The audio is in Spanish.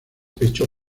pecho